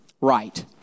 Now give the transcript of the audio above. right